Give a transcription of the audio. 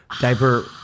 diaper